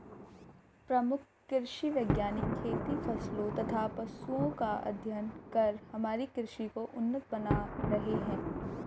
प्रमुख कृषि वैज्ञानिक खेती फसलों तथा पशुओं का अध्ययन कर हमारी कृषि को उन्नत बना रहे हैं